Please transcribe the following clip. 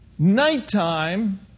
nighttime